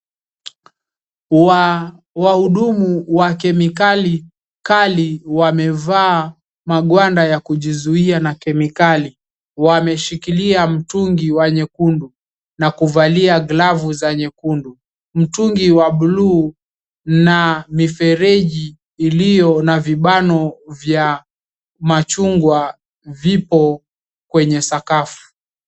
Wahudumu wa kemikali kali, wamevaa magwanda ya kujizuia na kemikali. Wameshikilia mtungi wa nyekundu na kuvalia glavu za nyekundu. Mtungi wa bluu na mifereji iliyo na vibano vya machungwa, vipo kwenye sakafu.